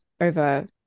over